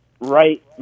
right